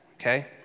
okay